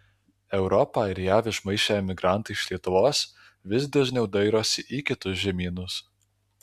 europą ir jav išmaišę emigrantai iš lietuvos vis dažniau dairosi į kitus žemynus